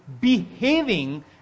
behaving